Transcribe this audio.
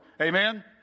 amen